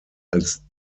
als